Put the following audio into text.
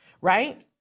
right